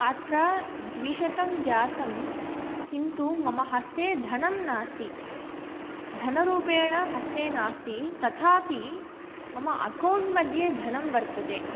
अत्र द्विशतं जातं किन्तु मम हस्ते धनं नास्ति धनरूपेण हस्ते नास्ति तथापि मम अकौण्ट् मध्ये धनं वर्तते